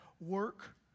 work